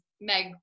Meg